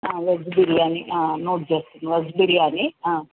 veg biryani note చేసుకో veg biryani